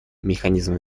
механизм